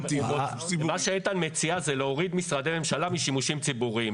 מה שאיתן מציע זה להוריד משרדי ממשלה משימושים ציבוריים.